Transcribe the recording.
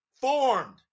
formed